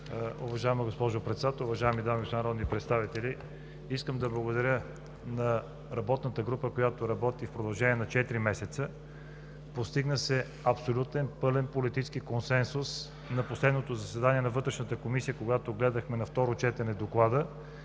Уважаема госпожо Председател, уважаеми дами и господа народни представители! Искам да благодаря на работната група, която работи в продължение на четири месеца. Постигна се абсолютен, пълен политически консенсус на последното заседание на Вътрешната комисия, когато гледахме Доклада на второ четене. Искам